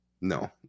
no